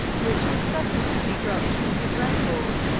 which was subsequently dropped from his record.